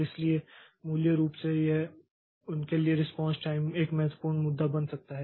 इसलिए मूल रूप से यह उनके लिए रेस्पॉन्स टाइम एक महत्वपूर्ण मुद्दा बन सकता है